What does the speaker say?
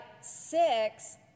six